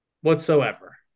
whatsoever